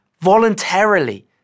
voluntarily